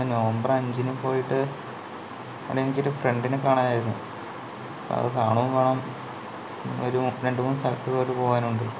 November അഞ്ചിന് പോയിട്ട് അവിടെ എനിക്കൊരു ഫ്രണ്ടിനെ കാണാനായിരുന്നു അത് കാണുകയും വേണം ഒരു രണ്ട് മൂന്ന് സ്ഥലത്തോട്ട് പോകാനുണ്ട്